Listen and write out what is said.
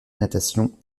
natation